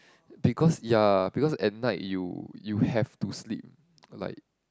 because ya because at night you you have to sleep like